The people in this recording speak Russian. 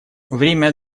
время